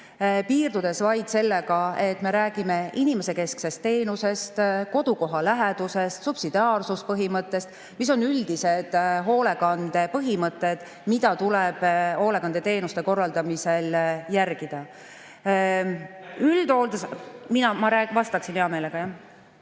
piirdudes vaid sellega, et me räägime inimesekesksest teenusest, kodulähedusest, subsidiaarsuspõhimõttest, mis on üldised hoolekande põhimõtted, mida tuleb hoolekandeteenuste korraldamisel järgida. (Hääl saalist.) Üldhooldus … Ma vastaksin hea meelega.